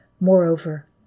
Moreover